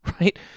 right